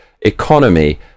economy